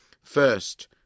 First